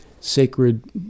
sacred